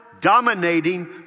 dominating